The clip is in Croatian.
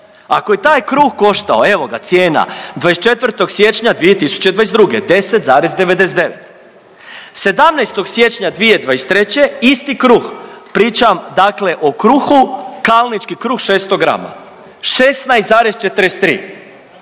Ako je taj kruh koštao evoga cijena 24. siječnja 2022. 10,99, 17. siječnja 2023. isti kruh pričam dakle o kruhu Kalnički kruh 600g 16,43